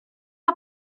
are